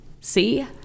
see